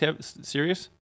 serious